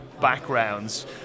backgrounds